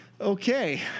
Okay